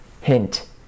Hint